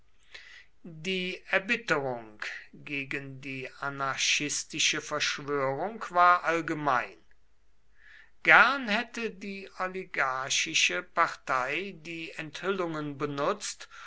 die erbitterung gegen die anarchistische verschwörung war allgemein gern hätte die oligarchische partei die enthüllungen benutzt